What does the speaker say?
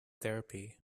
therapy